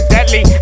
Deadly